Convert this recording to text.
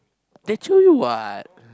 they too what